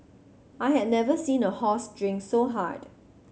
I had never seen a horse drink so hard